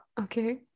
Okay